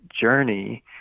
journey